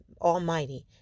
almighty